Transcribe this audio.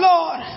Lord